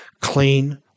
clean